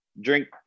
drink